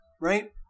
right